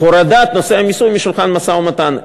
הורדת נושא המיסוי משולחן המשא-ומתן.